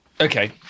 Okay